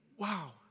Wow